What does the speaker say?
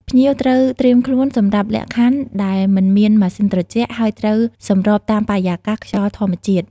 ភ្ញៀវត្រូវត្រៀមខ្លួនសម្រាប់លក្ខខណ្ឌដែលមិនមានម៉ាស៊ីនត្រជាក់ ហើយត្រូវសម្របតាមបរិយាកាស ខ្យល់ធម្មជាតិ។